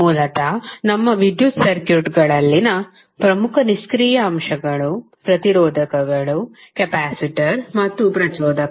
ಮೂಲತಃ ನಮ್ಮ ವಿದ್ಯುತ್ ಸರ್ಕ್ಯೂಟ್ಗಳಲ್ಲಿನ ಪ್ರಮುಖ ನಿಷ್ಕ್ರಿಯ ಅಂಶಗಳು ಪ್ರತಿರೋಧಕಗಳು ಕೆಪಾಸಿಟರ್ ಮತ್ತು ಪ್ರಚೋದಕ